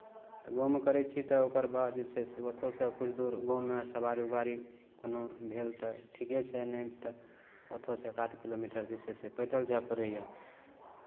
तऽ गाँवमे करै छी तऽ ओकर बाद जे छै से ओतहोसँ किछु दूर गाँवमे सवारी उवारी कोनो भेल तऽ ठीके छै नहि भेल तऽ ओतहोसँ एक आध किलोमीटर जे छै से पैदल जाय पड़ैए